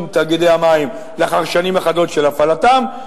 תאגידי המים לאחר שנים אחדות של הפעלתם,